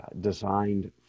designed